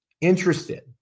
interested